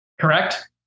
Correct